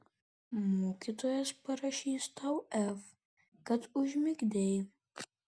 mokytojas parašys tau f kad užmigdei